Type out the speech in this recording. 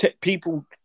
People